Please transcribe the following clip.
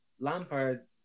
Lampard